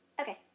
Okay